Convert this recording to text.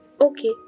okay